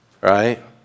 Right